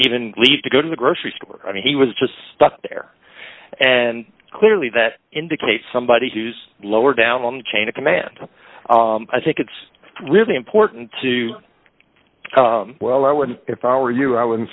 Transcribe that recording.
even leave to go to the grocery store i mean he was just stuck there and clearly that indicates somebody who's lower down on the chain of command i think it's really important to well i would if i were you i wouldn't